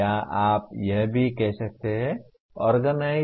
या आप यह भी कह सकते हैं ओर्गनाइज